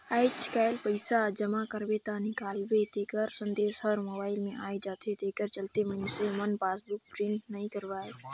आयज कायल पइसा जमा करबे या निकालबे तेखर संदेश हर मोबइल मे आये जाथे तेखर चलते मइनसे मन पासबुक प्रिंट नइ करवायें